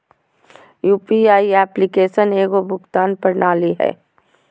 UPI application एगो भुगतान प्रणाली हइ